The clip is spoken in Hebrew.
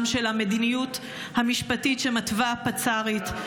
של המדיניות המשפטית של מתווה הפצ"רית?